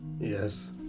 Yes